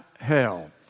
hell